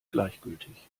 gleichgültig